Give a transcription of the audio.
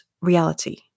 reality